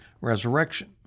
resurrection